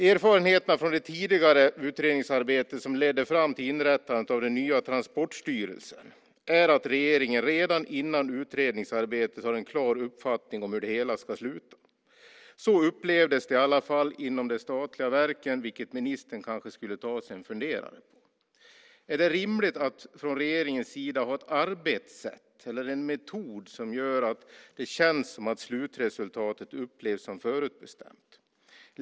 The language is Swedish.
Erfarenheterna från det tidigare utredningsarbetet, som ledde fram till inrättandet av den nya Transportstyrelsen, är att regeringen redan före utredningsarbetet har en klar uppfattning om hur det hela ska sluta. Så upplevdes det i alla fall inom de statliga verken, vilket ministern kanske skulle ta sig en funderare på. Är det rimligt att från regeringens sida ha ett arbetssätt eller en metod som gör att det känns som att slutresultatet är förutbestämt?